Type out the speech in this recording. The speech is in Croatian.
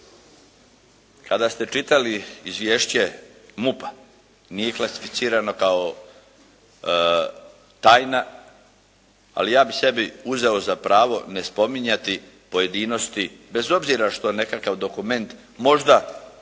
kada ste čitali izvješće MUP-a, nije klasificirano kao tajna, ali ja bih sebi uzeo za pravo ne spominjati pojedinosti, bez obzira što nekakav dokument možda